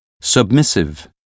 Submissive